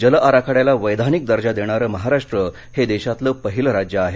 जल आराखड्याला वैधानिक दर्जा देणारं महाराष्ट्र हे देशातलं पहिलं राज्य आहे